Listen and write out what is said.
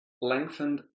lengthened